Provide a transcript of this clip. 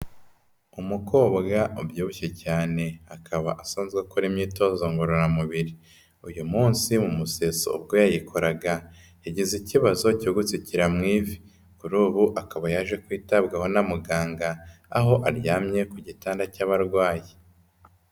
Umukobwa ubyibushye cyane, akaba asanzwe akora imyitozo ngororamubiri. Uyu munsi mu museso ubwo yayikoraga, yagize ikibazo cyo gutsikira mu ivi. Kuri ubu akaba yaje kwitabwaho na muganga, aho aryamye ku gitanda cy'abarwayi.